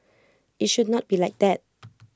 IT should not be like that